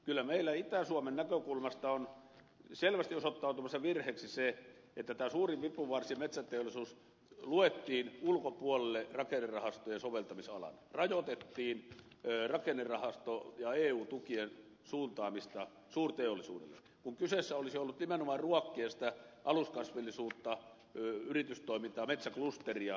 kyllä meillä itä suomen näkökulmasta on selvästi osoittautumassa virheeksi se että tämä suurin vipuvarsi metsäteollisuus luettiin ulkopuolelle rakennerahastojen soveltamisalan rajoitettiin rakennerahasto ja eu tukien suuntaamista suurteollisuudelle kun kyseessä olisi nimenomaan ollut se että ruokittaisiin sitä aluskasvillisuutta yritystoimintaa metsäklusteria laajemminkin